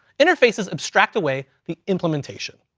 interfaces abstract away the implementation.